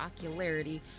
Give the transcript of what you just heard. ocularity